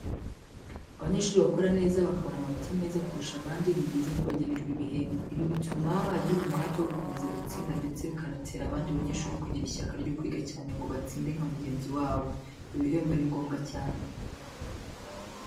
Abanyeshuri bakoze neza bakabona amanota meza kurusha abandi, ni byiza ko bagenerwa ibihembo. Ibi bituma agira umuhate wo gukomeza gutsinda ndetse bikanatera abandi banyeshuri kugira ishyaka ryo kwiga cyane ngo batsinde nka mugenzi wabo. Ibihembo ni ngombwa cyane.